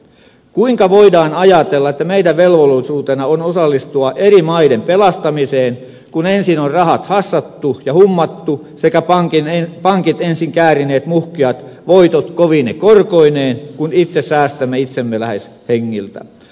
kuinka voidaan ajatella että meidän velvollisuutenamme on osallistua eri maiden pelastamiseen kun ensin on rahat hassattu ja hummattu sekä pankit ovat ensin käärineet muhkeat voitot kovine korkoineen kun itse säästämme itsemme lähes hengiltä